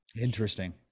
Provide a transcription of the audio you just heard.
Interesting